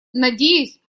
надеюсь